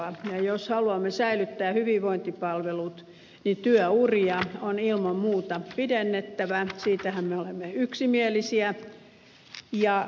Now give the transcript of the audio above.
ja jos haluamme säilyttää hyvinvointipalvelut niin työuria on ilman muuta pidennettävä siitähän me olemme yksimielisiä